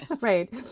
Right